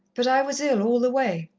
but i was ill all the way.